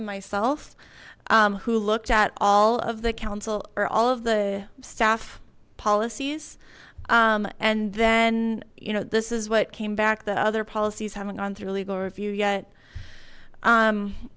and myself who looked at all of the council or all of the staff policies and then you know this is what came back that other policies haven't gone through legal review yet